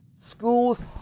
schools